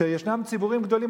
שישנם ציבורים גדולים,